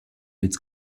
its